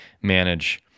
manage